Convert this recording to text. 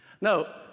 No